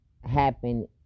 happen